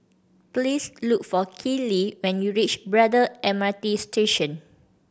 please look for Keeley when you reach Braddell M R T Station